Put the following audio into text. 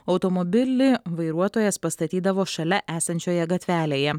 automobilį vairuotojas pastatydavo šalia esančioje gatvelėje